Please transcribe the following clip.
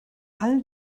all